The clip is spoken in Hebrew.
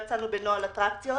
בנוהל אטרקציות